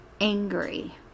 angry